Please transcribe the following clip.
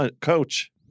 coach